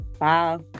wow